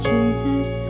Jesus